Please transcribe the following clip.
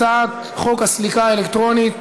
הצעת חוק סליקה אלקטרונית